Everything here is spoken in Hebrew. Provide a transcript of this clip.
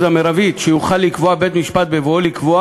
המרבית שיוכל לקבוע בית-משפט בבואו לקבוע